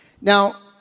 Now